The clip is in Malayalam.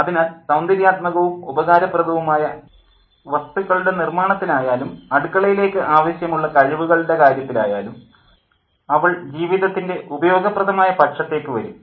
അതിനാൽ സൌന്ദര്യാത്മകവും ഉപകാരപ്രദവും ആയ വസ്തുക്കളുടെ നിർമ്മാണത്തിൽ ആയാലും അടുക്കളയിലേക്ക് ആവശ്യമുള്ള കഴിവുകളുടെ കാര്യത്തിൽ ആയാലും അവൾ ജീവിതത്തിൻ്റെ ഉപയോഗപ്രദമായ പക്ഷത്തേക്ക് വരും